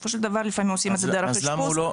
בסופו של דבר לפעמים עושים את זה דרך אשפוז.